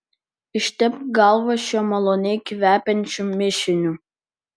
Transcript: ištepk galvą šiuo maloniai kvepiančiu mišiniu